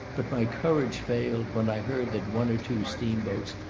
but my courage failed, when i heard that one or two steam-boats,